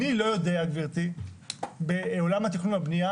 אני לא יודע גברתי בעולם התכנון והבנייה